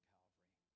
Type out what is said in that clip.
Calvary